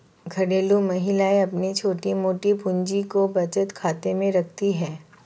घरेलू महिलाएं अपनी छोटी मोटी पूंजी को बचत खाते में रखती है